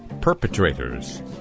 Perpetrators